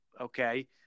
okay